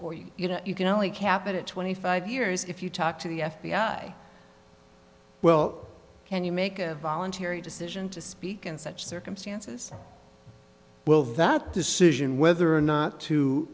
or you you know you can only capita twenty five years if you talk to the f b i well can you make a voluntary decision to speak in such circumstances well that decision whether or not to